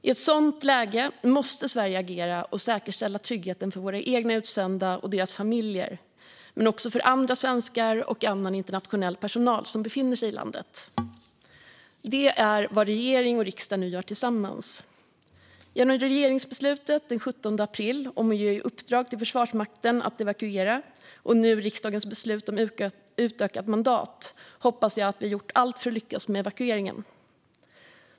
I ett sådant läge måste Sverige agera och säkerställa tryggheten för våra egna utsända och deras familjer men också för andra svenskar och annan internationell personal som befinner sig i landet. Detta är vad regering och riksdag nu gör tillsammans. Genom regeringsbeslutet den 17 april om att ge Försvarsmakten i uppdrag att evakuera samt dagens beslut i riksdagen om att ge ett utökat mandat hoppas jag att vi har gjort allt för att lyckas med evakueringen.